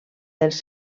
dels